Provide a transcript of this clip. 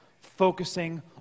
focusing